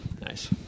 nice